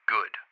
Good